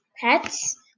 pets